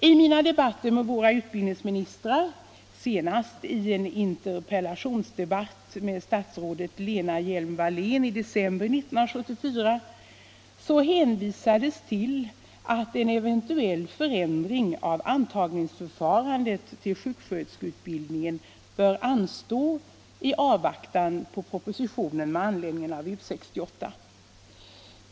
I mina debatter med våra utbildningsministrar och senast i en interpellationsdebatt med statsrådet Lena Hjelm-Wallén har det hänvisats till att en eventuell förändring av förfarandet vid antagning till sjuksköterskeutbildning bör anstå i avvaktan på proposition med anledning av U 68.